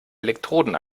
elektroden